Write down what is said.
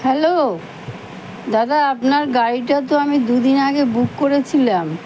hello দাদা আপনার গাড়িটা তো আমি দু দিন আগে বুক করেছিলাম